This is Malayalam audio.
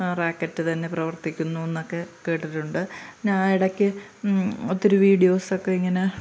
റാക്കറ്റ് തന്നെ പ്രവർത്തിക്കുന്നു എന്നൊക്കെ കേട്ടിട്ടുണ്ട് പിന്നെ ആ ഇടയ്ക്ക് ഒത്തിരി വീഡിയോസൊക്കെ ഇങ്ങനെ